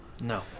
no